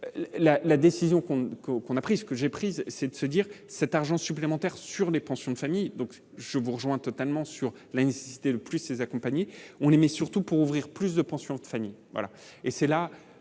qu'on qu'on qu'on a pris ce que j'ai prise, c'est de se dire cet argent supplémentaire sur les pensions de famille donc je vous rejoins totalement sur l'insisté le plus ces accompagner on aimait surtout pour ouvrir plus de pensions de famille